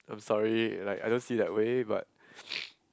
I'm sorry like I don't see you that way but